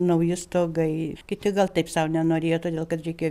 nauji stogai kiti gal taip sau nenorėjo todėl kad reikėjo